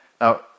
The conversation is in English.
Now